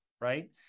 right